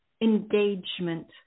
engagement